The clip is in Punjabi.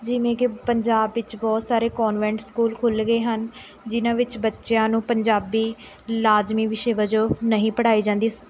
ਜਿਵੇਂ ਕਿ ਪੰਜਾਬ ਵਿੱਚ ਬਹੁਤ ਸਾਰੇ ਕੋਨਵੈਂਟ ਸਕੂਲ ਖੁੱਲ੍ਹ ਗਏ ਹਨ ਜਿਨ੍ਹਾਂ ਵਿੱਚ ਬੱਚਿਆਂ ਨੂੰ ਪੰਜਾਬੀ ਲਾਜ਼ਮੀ ਵਿਸ਼ੇ ਵਜੋਂ ਨਹੀਂ ਪੜ੍ਹਾਈ ਜਾਂਦੀ